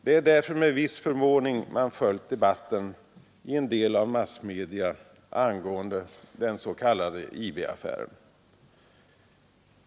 Det är därför med viss förvåning man följt debatten i en del av massmedia angående den s.k. IB-affären.